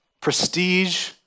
prestige